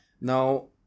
Now